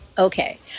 Okay